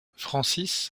francis